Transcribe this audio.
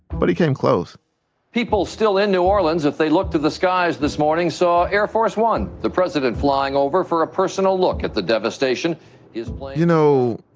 but he came close people still in new orleans, if they looked to the skies this morning, saw air force one. the president flying over for a personal look at the devastation you know,